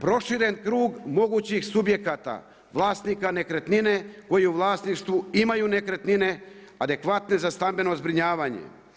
Proširen krug mogućih subjekata vlasnika nekretnine koji u vlasništvu imaju nekretnine adekvatne za stambeno zbrinjavanje.